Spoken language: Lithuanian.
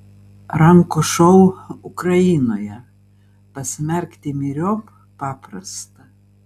rankų šou ukrainoje pasmerkti myriop paprasta